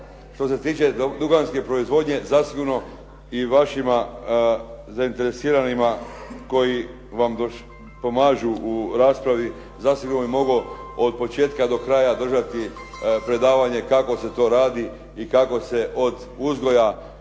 Što se tiče duhanske proizvodnje zasigurno i vašima zainteresiranima koji vam pomažu u raspravi zasigurno bi mogao od početka do kraja držati predavanje kako se to radi i kako se od uzgoja